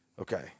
okay